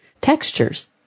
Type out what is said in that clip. textures